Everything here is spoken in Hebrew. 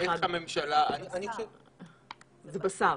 צריך לראות איך הממשלה --- זה בשר.